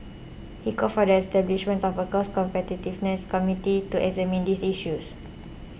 he called for the establishment of a cost competitiveness committee to examine these issues